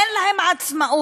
אין להן עצמאות